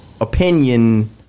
opinion